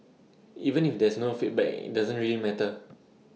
even if there's no feedback IT doesn't really matter